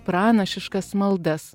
pranašiškas maldas